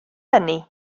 hynny